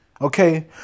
Okay